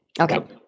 Okay